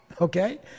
okay